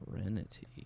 Serenity